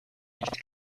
nicht